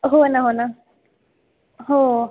हो ना हो ना